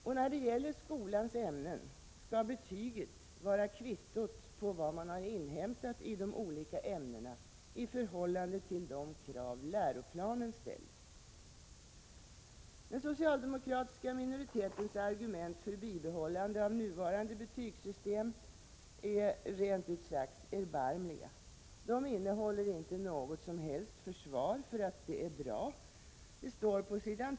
Och när det gäller skolans ämnen skall betyget vara kvittot på vad man har inhämtat i de olika ämnena i förhållande till de krav läroplanen ställer. Den socialdemokratiska minoritetens argument för bibehållande av nuvarande betygssystem är rent ut sagt erbarmliga. De innehåller inte något som helst försvar — att det är bra. På s.